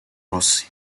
rossi